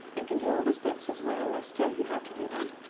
and can do all the steps as well as tell you how to do them.